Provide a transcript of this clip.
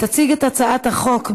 תציג את הצעת החוק,